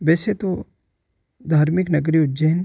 वैसे तो धार्मिक नगरी उज्जैन